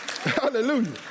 Hallelujah